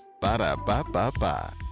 Ba-da-ba-ba-ba